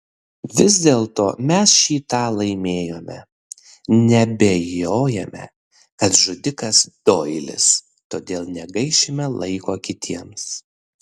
vis dėlto mes šį tą laimėjome nebeabejojame kad žudikas doilis todėl negaišime laiko kitiems